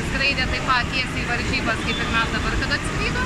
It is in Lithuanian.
skraidė taip pat tiesiai į varžybas kaip ir mes dabar kad atskridom